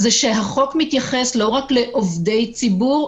זה שהחוק מתייחס לא רק לעובדי ציבור,